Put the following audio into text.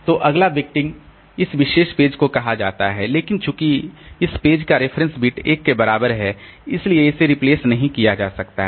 तो अगला विक्टिम इस विशेष पेज को कहा जाता है लेकिन चूंकि इस पेज का रेफरेंस बिट 1 के बराबर है इसलिए इसे रिप्लेस नहीं किया जा सकता है